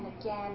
again